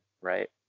right